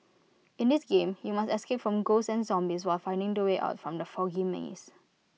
in this game you must escape from ghosts and zombies while finding the way out from the foggy maze